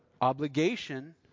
obligation